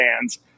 hands